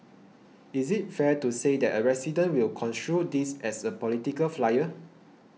is it fair to say that a resident will construe this as a political flyer